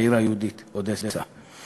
העיר היהודית אודסה.